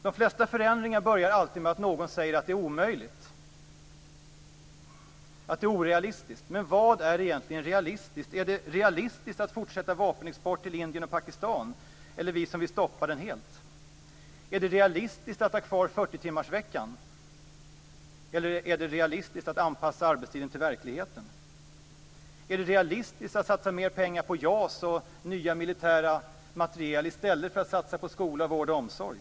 De flesta förändringar börjar alltid med att någon säger att de är omöjliga, att de är orealistiska. Men vad är egentligen realistiskt? Är det realistiskt att fortsätta vapenexporten till Indien och Pakistan, eller är det realistiskt att, som vi vill, stoppa den helt? Är det realistiskt att ha kvar 40-timmarsveckan, eller är det realistiskt att anpassa arbetstiden till verkligheten? Är det realistiskt att satsa mer pengar på JAS och nya militära materiel i stället för att satsa på skola, vård och omsorg?